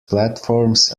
platforms